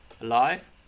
alive